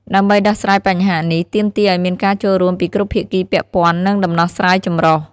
ដើម្បីដោះស្រាយបញ្ហានេះ ទាមទារឱ្យមានការចូលរួមពីគ្រប់ភាគីពាក់ព័ន្ធ និងដំណោះស្រាយចម្រុះ។